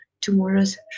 tomorrow's